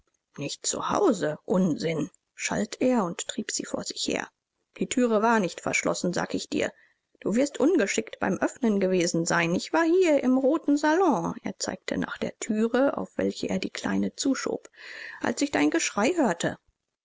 nicht zu hause unsinn schalt er und trieb sie vor sich her die thüre war nicht verschlossen sag ich dir du wirst ungeschickt beim oeffnen gewesen sein ich war hier im roten salon er zeigte nach der thüre auf welche er die kleine zuschob als ich dein geschrei hörte